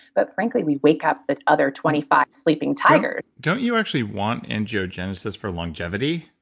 but frankly, we wake up the other twenty five sleeping tigers don't you actually want angiogenesis for longevity?